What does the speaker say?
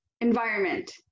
environment